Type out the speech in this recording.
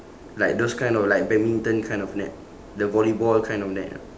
like those kind of like badminton kind of net the volleyball kind of net ah